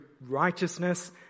righteousness